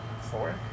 Four